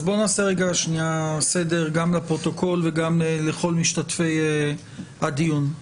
בואו נעשה סדר גם לפרוטוקול וגם לכל משתתפי הדיון.